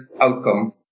outcome